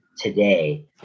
today